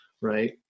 right